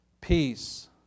peace